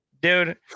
Dude